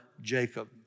Jacob